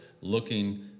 looking